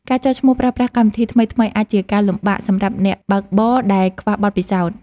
ការចុះឈ្មោះប្រើប្រាស់កម្មវិធីថ្មីៗ អាចជាការលំបាកសម្រាប់អ្នកបើកបរដែលខ្វះបទពិសោធន៍។